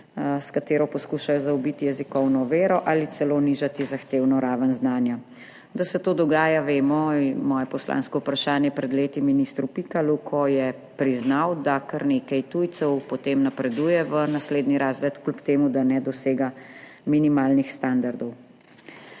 s katero poskuša zaobiti jezikovno oviro ali celo znižati zahtevano raven znanja. Da se to dogaja, vemo, to je bilo moje poslansko vprašanje pred leti ministru Pikalu, ko je priznal, da kar nekaj tujcev potem napreduje v naslednji razred, kljub temu da ne dosegajo minimalnih standardov.